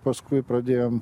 paskui pradėjom